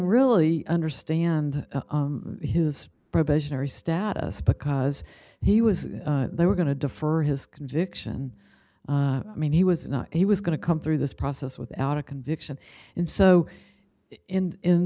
really understand his probationary status because he was they were going to defer his conviction i mean he was he was going to come through this process without a conviction and so in